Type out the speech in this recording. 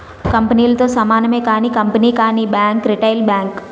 కంపెనీలతో సమానమే కానీ కంపెనీ కానీ బ్యాంక్ రిటైల్ బ్యాంక్